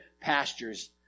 pastures